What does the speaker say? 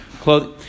clothing